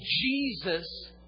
Jesus